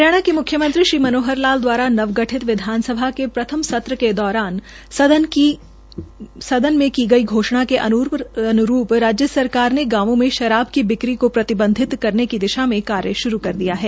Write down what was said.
हरियाणा के मुख्यमंत्री श्री मनोहर लाल द्वारा नवगठित विधानसभा के प्रथम सत्र के दौरान सदन में की गई घोषणा के अन्रूप राज्य सरकार ने गांवों में शराब की बिक्री को प्रतिबंधित करने की दिशा में कार्य शुरू कर दिया है